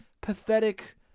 pathetic